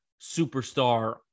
superstar